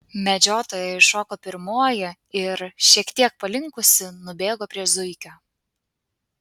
medžiotoja iššoko pirmoji ir šiek tiek palinkusi nubėgo prie zuikio